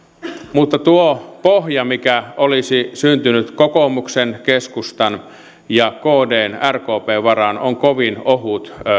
mutta tuo pohja mikä olisi syntynyt kokoomuksen keskustan ja kdn rkpn varaan on kovin ohut